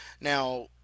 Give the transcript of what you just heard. Now